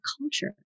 culture